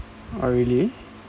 oh really